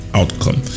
outcome